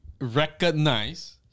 recognize